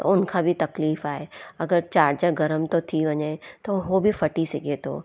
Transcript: त उनखां बि तकलीफ़ आहे अगरि चार्जर गरम थो थी वञे त उहो बि फ़टी सघे थो